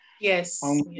yes